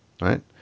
right